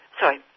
sorry